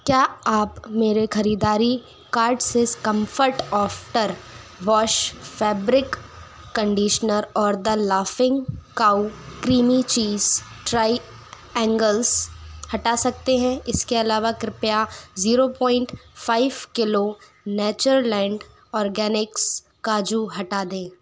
क्या आप मेरे ख़रीदारी कार्ट से comfort after wash fabric conditioner और the laughing cow creamy cheese triangles हटा सकते हैं इसके अलावा कृपया zero point five kilo Natureland organics काजू हटा दें